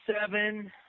seven